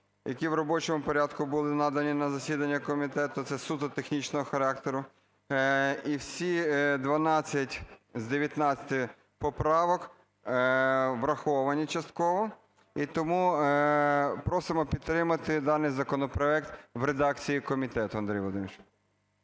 які в робочому порядку були надані на засідання комітету, це суто технічного характеру. І всі 12 з 19 поправок враховані частково. І тому просимо підтримати даний законопроект в редакції комітету,